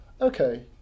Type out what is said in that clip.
okay